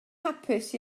hapus